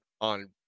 on